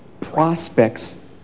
prospects